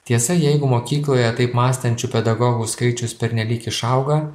tiesa jeigu mokykloje taip mąstančių pedagogų skaičius pernelyg išauga